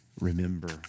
remember